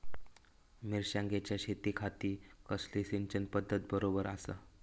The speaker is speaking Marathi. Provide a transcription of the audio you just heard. मिर्षागेंच्या शेतीखाती कसली सिंचन पध्दत बरोबर आसा?